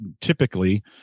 typically